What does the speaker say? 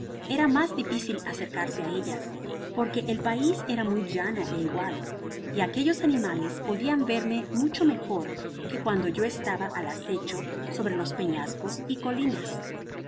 era mas dificil acercarse á ellas porque el pais era muy llano é igual y aquellos animales podian verme mucho mejor que cuando yo estaba al acecho sobre los peñascos y colinas